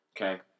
okay